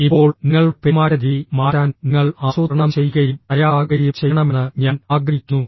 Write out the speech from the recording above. ഇപ്പോൾ നിങ്ങളുടെ പെരുമാറ്റരീതി മാറ്റാൻ നിങ്ങൾ ആസൂത്രണം ചെയ്യുകയും തയ്യാറാകുകയും ചെയ്യണമെന്ന് ഞാൻ ആഗ്രഹിക്കുന്നു